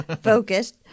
Focused